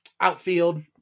outfield